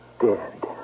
dead